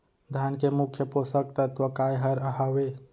धान के मुख्य पोसक तत्व काय हर हावे?